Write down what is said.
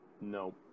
No